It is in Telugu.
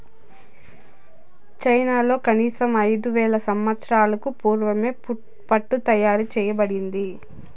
చైనాలో కనీసం ఐదు వేల సంవత్సరాలకు పూర్వమే పట్టు తయారు చేయబడింది